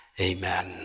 Amen